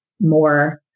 more